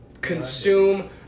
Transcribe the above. consume